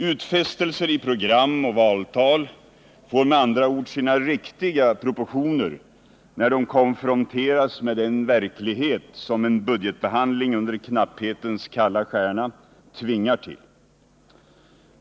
Utfästelser i program och valtal får med andra ord sina riktiga proportioner när de konfronteras med den verklighet som en budgetbehandling under knapphetens kalla stjärna tvingar till.